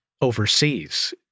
overseas